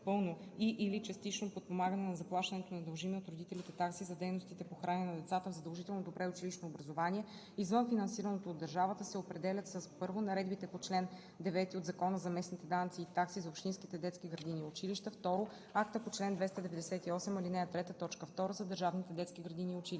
пълно и/или частично подпомагане на заплащането на дължими от родителите такси за дейностите по хранене на децата в задължителното предучилищно образование, извън финансираното от държавата, се определят с: 1. наредбите по чл. 9 от Закона за местните данъци и такси – за общинските детски градини и училища; 2. акта по чл. 298, ал. 3, т. 2 – за държавните детски градини и училища.